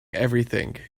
everything